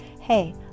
Hey